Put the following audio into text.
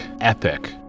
epic